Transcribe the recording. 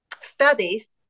studies